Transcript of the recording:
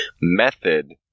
method